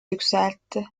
yükseltti